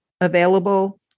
available